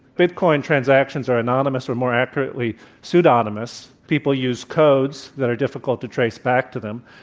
bitcoin transactions are anonymous or more accurately pseudonymous. people use codes that are difficult to trace back to them.